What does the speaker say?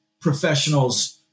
professionals